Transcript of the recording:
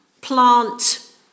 plant